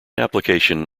application